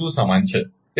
2 સમાન છે